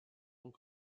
donc